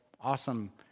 awesome